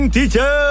Teacher